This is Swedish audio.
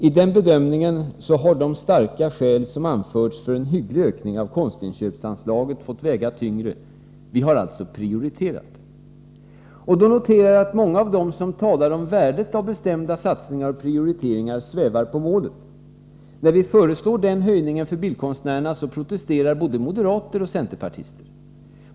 I den bedömningen har de starka skäl som anförts för en hygglig ökning av konstinköpsanslaget fått väga tyngre. Vi har alltså prioriterat. Jag noterar att många av dem som talar om värdet av bestämda satsningar och prioriteringar svävar på målet. När vi föreslår den här höjningen för bildkonstnärerna protesterar både moderaterna och centerpartiet.